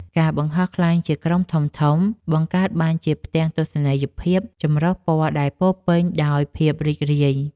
ការបង្ហោះខ្លែងជាក្រុមធំៗ បង្កើតបានជាផ្ទាំងទស្សនីយភាពចម្រុះពណ៌ដែលពោរពេញដោយភាពរីករាយ។